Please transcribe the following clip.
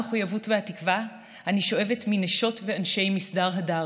המחויבות והתקווה אני שואבת מנשות ואנשי "מסדר הדר",